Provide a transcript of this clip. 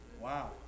Wow